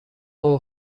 اوه